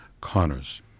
Connors